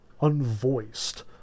unvoiced